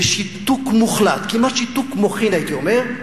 בשיתוק מוחלט, כמעט שיתוק מוחין, הייתי אומר,